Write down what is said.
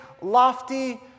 lofty